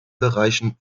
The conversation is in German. bereichen